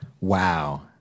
Wow